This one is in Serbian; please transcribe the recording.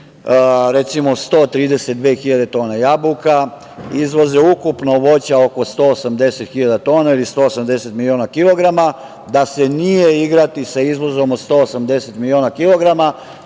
recimo 132 hiljade tona jabuka, izvoze ukupno voća oko 180 hiljada tona ili 180 miliona kilograma da se nije igrati sa izvozom od 180 miliona kilograma,